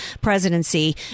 presidency